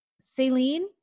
Celine